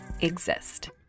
exist